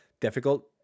Difficult